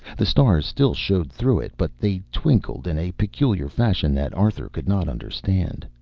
the stars still showed through it, but they twinkled in a peculiar fashion that arthur could not understand.